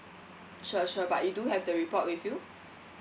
sure sure but you do have the report with you